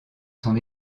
son